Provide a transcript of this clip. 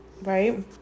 right